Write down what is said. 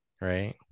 right